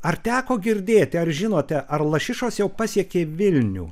ar teko girdėti ar žinote ar lašišos jau pasiekė vilnių